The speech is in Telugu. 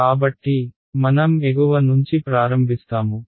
కాబట్టి మనం ఎగువ నుంచి ప్రారంభిస్తాము